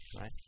right